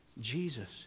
Jesus